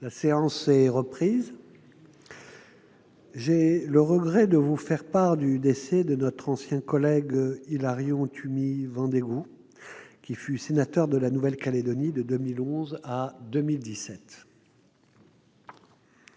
Mes chers collègues, j'ai le regret de vous faire part du décès de notre ancien collègue Hilarion Tumi Vendegou, qui fut sénateur de la Nouvelle-Calédonie de 2011 à 2017.